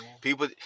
People